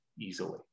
easily